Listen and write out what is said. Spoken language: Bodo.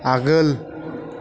आगोल